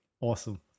awesome